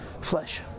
flesh